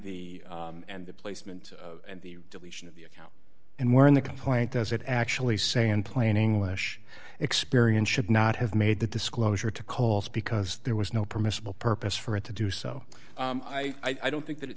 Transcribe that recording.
the and the placement and the deletion of the account and where in the complaint does it actually say in plain english experian should not have made the disclosure to calls because there was no permissible purpose for it to do so i don't think that it